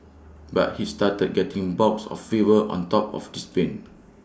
but he started getting bouts of fever on top of this pain